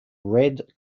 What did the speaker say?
red